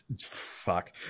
fuck